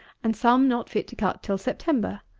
and some not fit to cut till september.